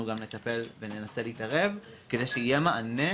נטפל וננסה להתערב כדי שיהיה מענה,